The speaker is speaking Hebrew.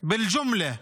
(אומר בערבית:)